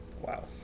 Wow